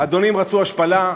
האדונים רצו השפלה,